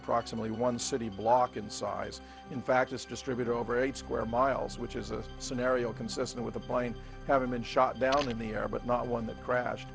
approximately one city block in size in fact just distributed over eight square miles which is a scenario consistent with the plane having been shot down in the air but not one that crashed